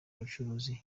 ubucuruzi